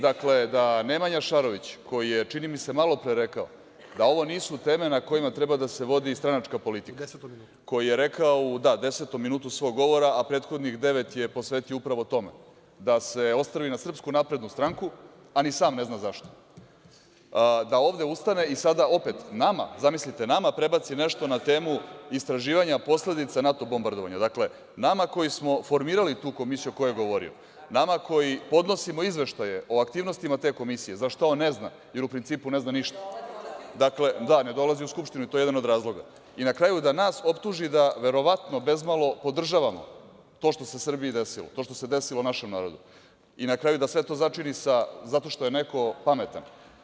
Dakle, da Nemanja Šarović, koji je, čini mi se, malopre rekao da ovo nisu teme na kojima treba da se vodi stranačka politika, koji je rekao u 10 minutu svog govora, a prethodnih devet je posvetio upravo tome da se ostrvi na SNS, a ni sam ne zna zašto, da ovde ustane i sada opet nama, zamislite nama, prebaci nešto na temu istraživanja posledica NATO bombardovanja, nama koji smo formirali tu Komisiju o kojoj je govorio, nama koji podnosimo izveštaje o aktivnostima te Komisije, za šta on ne zna jer u principu ne zna ništa, ne dolazi u Skupštinu i to je jedan od razloga, i na kraju da nas optuži da mi verovatno bezmalo podržavamo to što se Srbiji desilo, to što se desilo našem narodu i na kraju da sve to začini sa – zato što neko pametan.